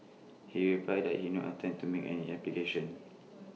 he replied that he not intend to make any application